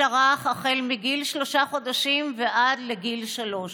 הרך מגיל שלושה חודשים ועד לגיל שלוש.